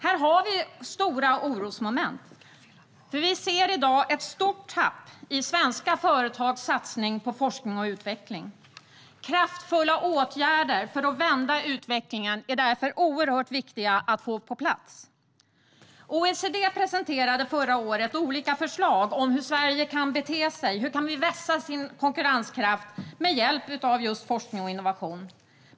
Här har vi stora orosmoment, för vi ser i dag ett stort tapp i svenska företags satsning på forskning och utveckling. Kraftfulla åtgärder för att vända utvecklingen är därför oerhört viktiga att få på plats. OECD presenterade förra året olika förslag på hur Sverige kan bete sig. Hur kan vi vässa vår konkurrenskraft med hjälp av just forskning och innovation?